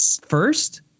first